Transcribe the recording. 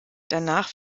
danach